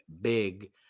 big